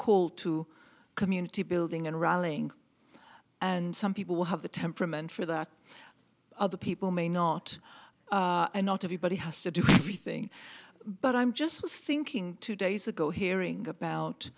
call to community building and rolling and some people have the temperament for that other people may not and not everybody has to do everything but i'm just thinking two days ago hearing